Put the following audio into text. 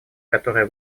которая